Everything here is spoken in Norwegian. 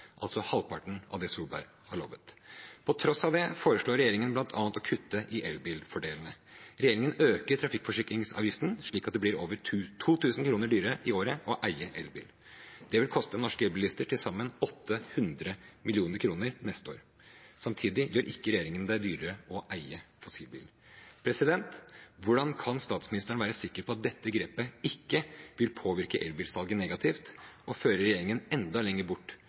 altså halvparten av det Solberg har lovet. På tross av det foreslår regjeringen bl.a. å kutte i elbilfordelene. Regjeringen øker trafikkforsikringsavgiften, slik at det blir over 2 000 kr dyrere i året å eie elbil. Det vil koste norske elbilister til sammen 800 mill. kr neste år. Samtidig gjør ikke regjeringen det dyrere å eie fossilbiler. Hvordan kan statsministeren være sikker på at dette grepet ikke vil påvirke elbilsalget negativt og føre regjeringen enda lenger bort